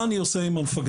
מה אני עושה עם המפקדים?